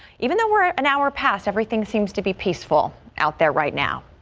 even though we're in our past everything seems to be peaceful out there right now.